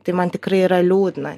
tai man tikrai yra liūdna